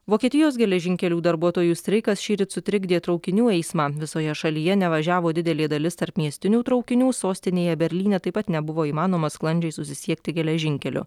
vokietijos geležinkelių darbuotojų streikas šįryt sutrikdė traukinių eismą visoje šalyje nevažiavo didelė dalis tarpmiestinių traukinių sostinėje berlyne taip pat nebuvo įmanoma sklandžiai susisiekti geležinkeliu